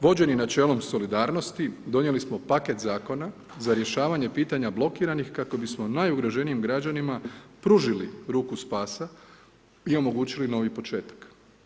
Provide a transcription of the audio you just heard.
Vođeni načelom solidarnosti donijeli smo paket zakona za rješavanje pitanja blokiranih kako bismo najugroženijim građanima pružili ruku spasa i omogućili novi početak.